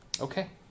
Okay